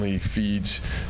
feeds